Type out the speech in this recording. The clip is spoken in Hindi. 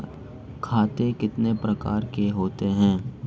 खाते कितने प्रकार के होते हैं?